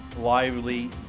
lively